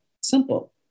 simple